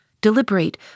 deliberate